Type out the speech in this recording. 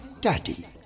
daddy